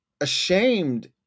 ashamed